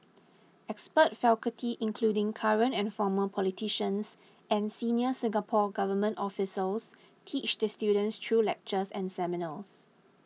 expert faculty including current and former politicians and senior Singapore Government officials teach the students through lectures and seminars